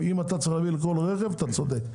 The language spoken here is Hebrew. אם אתה צריך להביא לכל רכב, אתה צודק.